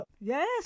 Yes